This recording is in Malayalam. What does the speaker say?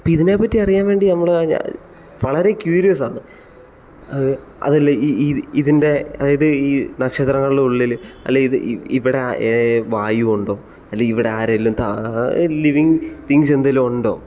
അപ്പോൾ ഇതിനെ പറ്റിയറിയാൻ നമ്മൾ ഞ വളരെ ക്യൂരിയസാണ് അത് അതിൽ ഇ ഇ ഇതിൻ്റെ അതായത് ഈ നക്ഷത്രങ്ങളുടെ ഉള്ളിൽ അല്ലെങ്കിൽ ഇ ഇവിടെ വായു ഉണ്ടോ അല്ലെങ്കിൽ ഇവിടെ ആരെങ്കിലും ത ലിവിങ് തിങ്ങ്സ് എന്തെങ്കിലും ഉണ്ടോ